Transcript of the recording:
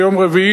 ביום רביעי,